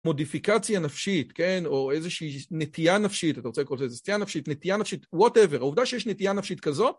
מודיפיקציה נפשית, כן, או איזושהי נטייה נפשית, אתה רוצה לקרוא לזה נטייה נפשית, נטייה נפשית, וואטאבר, העובדה שיש נטייה נפשית כזאת,